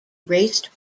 raced